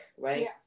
right